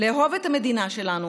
לאהוב את המדינה שלנו,